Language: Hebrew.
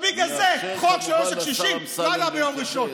ובגלל זה החוק של עושק קשישים לא עלה ביום ראשון,